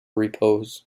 repose